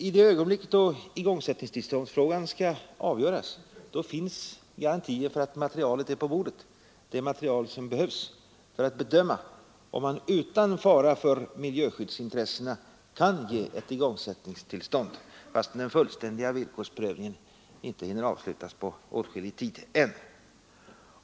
I det ögonblick då igångsättningsfrågan skall avgöras finns därför garantier för att det på bordet ligger det material som behövs för att bedöma om man utan fara för miljöskyddsintressena kan ge ett igångsättningstillstånd fastän den fullständiga villkorsprövningen inte hinner avslutas på åtskillig tid ännu.